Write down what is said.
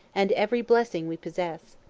and every blessing we possess.